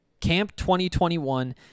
CAMP2021